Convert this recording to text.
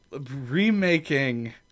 remaking